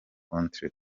contre